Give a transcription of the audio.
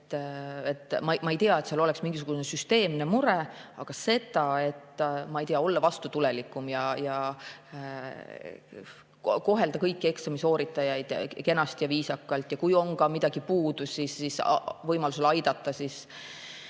Ma ei tea, et seal oleks mingisugune süsteemne mure, aga tulebki, ma ei tea, olla vastutulelikum ja kohelda kõiki eksami sooritajaid kenasti ja viisakalt ja kui on midagi puudu, siis võimalusel aidata need